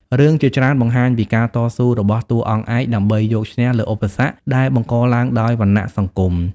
រឿងជាច្រើនបង្ហាញពីការតស៊ូរបស់តួអង្គឯកដើម្បីយកឈ្នះលើឧបសគ្គដែលបង្កឡើងដោយវណ្ណៈសង្គម។